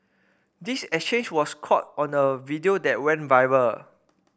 this exchange was caught on a video that went viral